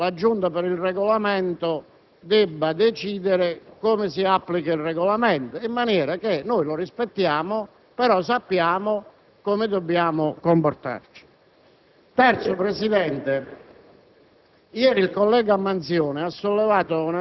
penso che una volta per sempre la Giunta per il Regolamento debba decidere come si applica il Regolamento, in maniera tale che noi lo rispettiamo e sappiamo come dobbiamo comportarci. Altra questione,